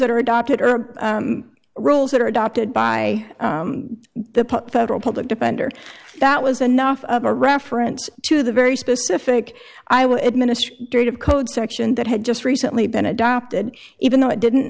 that are adopted or rules that are adopted by the federal public defender that was enough of a reference to the very specific i would administer of code section that had just recently been adopted even though it didn't